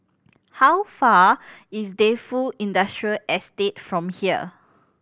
how far is Defu Industrial Estate from here